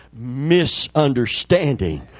misunderstanding